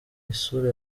isura